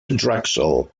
drexel